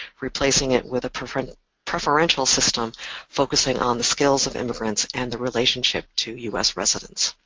replacing it with a preferential preferential system focusing on the skills of immigrants and the relationship to us residents.